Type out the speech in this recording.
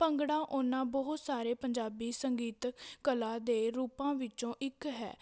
ਭੰਗੜਾ ਉਹਨਾਂ ਬਹੁਤ ਸਾਰੇ ਪੰਜਾਬੀ ਸੰਗੀਤ ਕਲਾ ਦੇ ਰੂਪਾਂ ਵਿੱਚੋਂ ਇੱਕ ਹੈ